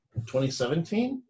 2017